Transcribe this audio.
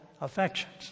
affections